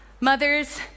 Mothers